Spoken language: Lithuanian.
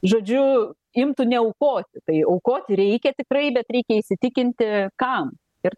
žodžiu imtų neaukoti tai aukoti reikia tikrai bet reikia įsitikinti kam ir